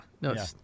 no